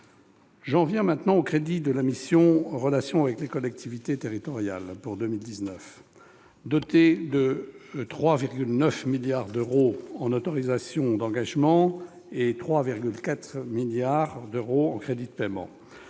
J'en viens maintenant aux crédits de la mission « Relations avec les collectivités territoriales » pour 2019. Dotée de 3,9 milliards d'euros en autorisations d'engagement et de 3,4 milliards d'euros en crédits de paiement,